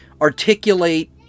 articulate